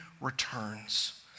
returns